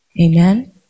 Amen